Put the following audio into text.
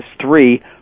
three